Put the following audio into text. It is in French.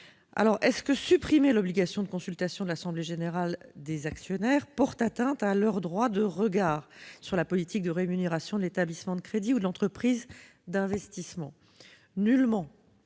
ces derniers. Supprimer l'obligation de consultation de l'assemblée générale des actionnaires porte-t-il atteinte au droit de regard de ceux-ci sur la politique de rémunération de l'établissement de crédit ou de l'entreprise d'investissement ? Nullement.